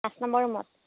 পাঁচ নম্বৰ ৰুমত